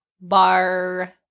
bar